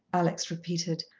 alex repeated.